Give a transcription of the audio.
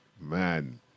man